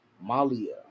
Malia